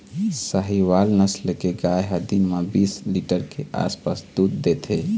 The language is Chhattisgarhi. साहीवाल नसल के गाय ह दिन म बीस लीटर के आसपास दूद देथे